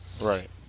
Right